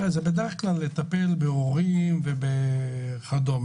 זה בדרך כלל לטפל בהורים ובילדים במשפחות חד-הוריות.